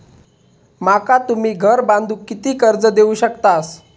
माका तुम्ही घर बांधूक किती कर्ज देवू शकतास?